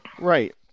Right